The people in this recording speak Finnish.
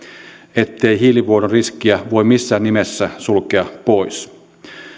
ettei hiilivuodon riskiä voi missään nimessä sulkea pois